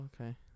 okay